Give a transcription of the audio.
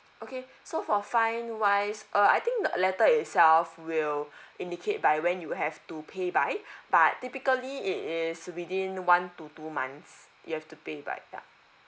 okay so for fine wise uh I think letter itself will indicate by when you have to pay by but typically it is within one to two months you have to pay by ya